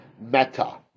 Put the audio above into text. meta